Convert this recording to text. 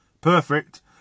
perfect